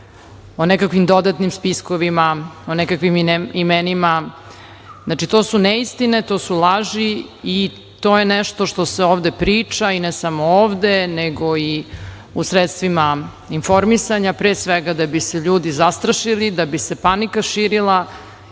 o nekakvim dodatnim spiskovima, o nekakvim imenima. To su neistine, to su laži i to je nešto što se ovde priča, i ne samo ovde, nego i u sredstvima informisanja, pre svega da bi se ljudi zastrašili, da bi se panika širila,